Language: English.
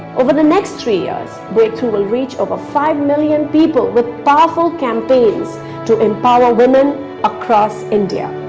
over the next three years, breakthrough will reach over five million people with powerful campaigns to empower women across india.